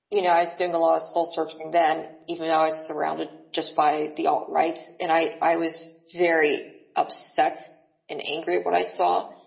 you know, i was doing a lot of soul searching then even i was surrounded just by the. all right. and i i was very upset and angry at what i saw.